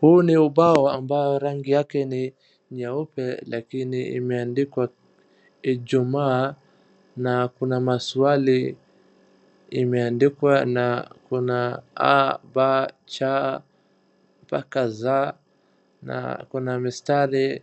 Huu ni ubao ambao rangi yake ni nyeupe lakini imeandikwa ijumaaa na kuna maswali imeandikwa na kuna a , b , c mpaka z na kuna mistari